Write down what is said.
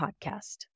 podcast